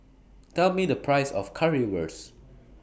Tell Me The Price of Currywurst